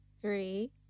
three